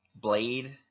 Blade